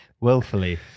Willfully